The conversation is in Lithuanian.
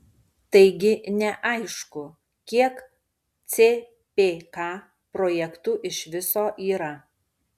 taigi neaišku kiek cpk projektų iš viso yra